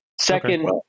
second